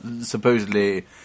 supposedly